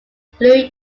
blue